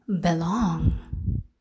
belong